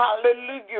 Hallelujah